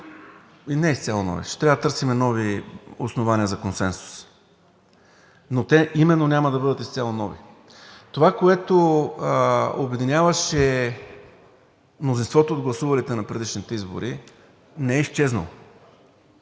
в която ще трябва да търсим нови основания за консенсус, но те именно няма да бъдат изцяло нови. Това, което обединяваше мнозинството от гласувалите на предишните избори, не е изчезнало.